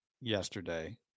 yesterday